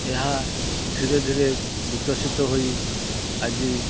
ଏହା ଧୀରେ ଧୀରେ ବିକଶିତ ହୋଇ ଆଜି